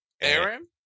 Aaron